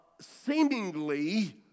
seemingly